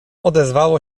odezwało